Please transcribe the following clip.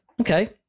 Okay